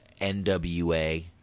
NWA